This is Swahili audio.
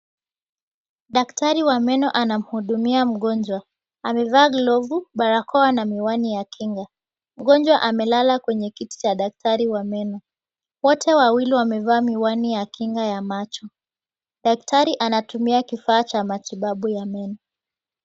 Daktari wa meno anamhudumia mgonjwa amevaa glovu, barakoa na miwani ya kinga. Mgonjwa amelala kwenye kiti cha daktari wa meno wote wawili wamevaa miwani ya kinga ya macho. Daktari anatumia kifaa cha matibabu ya meno.